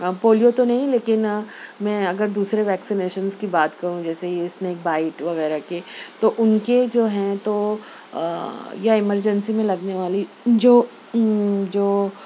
polio تو نہیں لیکن میں اگر دوسرے ویکسینیشنس کی بات کروں جیسے اسنیک بائٹ وغیرہ کے تو ان کے جو ہیں تو یا ایمرجنسی میں لگنے والی جو جو